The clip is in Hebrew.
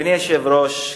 אדוני היושב-ראש,